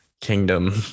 kingdom